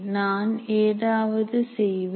நான் ஏதாவது செய்வேன்